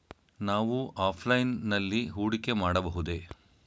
ನಾವು ಆಫ್ಲೈನ್ ನಲ್ಲಿ ಹೂಡಿಕೆ ಮಾಡಬಹುದೇ?